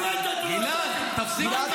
--- שחגגה יום הולדת --- גלעד קריב,